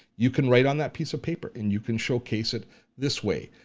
you can write on that piece of paper, and you can showcase it this way.